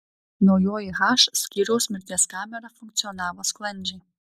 naujoji h skyriaus mirties kamera funkcionavo sklandžiai